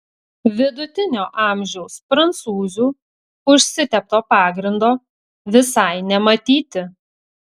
vidutinio amžiaus prancūzių užsitepto pagrindo visai nematyti